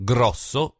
Grosso